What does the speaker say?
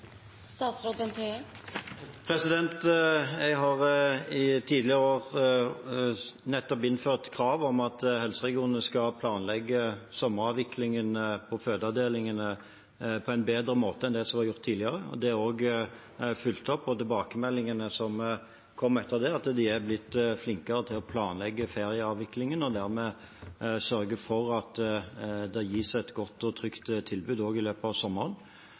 Jeg har i tidligere år nettopp innført krav om at helseregionene skal planlegge sommeravviklingen på fødeavdelingene på en bedre måte enn det som har vært gjort tidligere. Det er også fulgt opp. Tilbakemeldingen som kom etter det, er at de er blitt flinkere til å planlegge ferieavviklingen og dermed sørger for at det gis et godt og trygt tilbud også i løpet av sommeren.